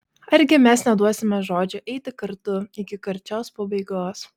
argi mes neduosime žodžio eiti kartu iki karčios pabaigos